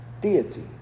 deity